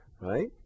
right